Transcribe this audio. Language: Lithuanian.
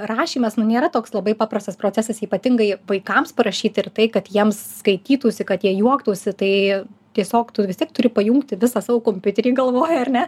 rašymas nu nėra toks labai paprastas procesas ypatingai vaikams parašyti ir tai kad jiems skaitytųsi kad jie juoktųsi tai tiesiog tu vis tiek turi pajungti visą savo kompiuterį galvoj ar ne